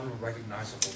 unrecognizable